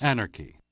Anarchy